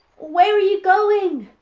where are you going?